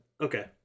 Okay